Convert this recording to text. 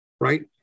right